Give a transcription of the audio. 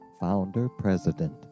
Founder-President